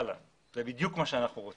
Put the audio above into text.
בדיוק מה שאנחנו רוצים.